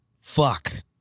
Fuck